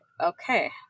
okay